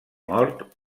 mort